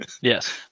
Yes